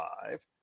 five